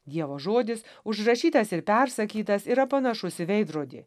dievo žodis užrašytas ir persakytas yra panašus į veidrodį